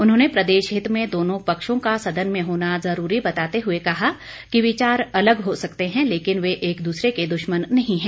उन्होंने प्रदेश हित में दोनों पक्षों का सदन में होना जरूरी बताते हए कहा कि विचार अलग हो सकते हैं लेकिन वे एक दूसरे के द्रश्मन नहीं हैं